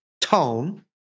tone